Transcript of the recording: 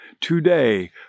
Today